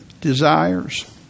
desires